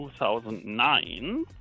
2009